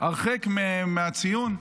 הרחק מהציון.